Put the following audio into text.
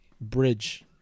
bridge